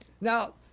Now